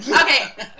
Okay